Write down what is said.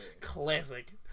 classic